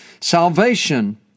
Salvation